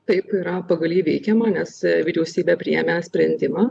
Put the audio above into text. taip yra pagal jį įveikiama nes vyriausybė priėmė sprendimą